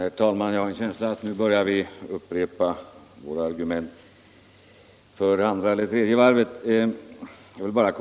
Herr talman! Jag har en känsla av att vi börjar upprepa våra argument på andra eller tredje varvet.